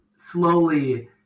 slowly